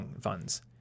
funds